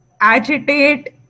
agitate